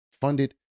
funded